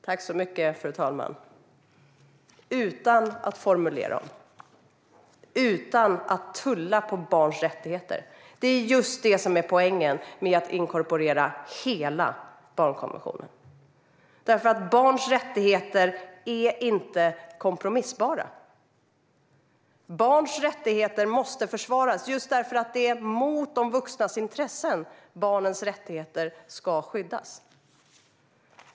Fru talman! Utan att formulera om och utan att tulla på barns rättigheter - det är just det som är poängen med att inkorporera hela barnkonventionen, för barns rättigheter är inte kompromissbara. Barns rättigheter måste försvaras, just för att det är mot de vuxnas intressen barns rättigheter ska skyddas.